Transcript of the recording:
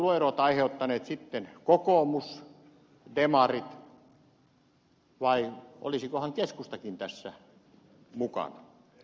ovatko nämä tuloerot sitten aiheuttaneet kokoomus ja demarit vai olisikohan keskustakin tässä mukana